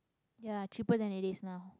ya cheaper than it is now